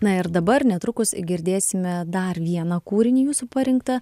na ir dabar netrukus girdėsime dar vieną kūrinį jūsų parinktą